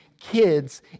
kids